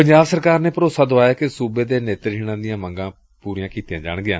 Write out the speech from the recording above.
ਪੰਜਾਬ ਸਰਕਾਰ ਨੇ ਭਰੋਸਾ ਦੁਆਇਐ ਕਿ ਸੂਬੇ ਦੇ ਨੇਤਰਹੀਣਾਂ ਦੀਆਂ ਮੰਗਾਂ ਪੂਰੀਆਂ ਕੀਤੀਆਂ ਜਾਣਗੀਆਂ